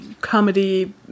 comedy